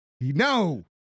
No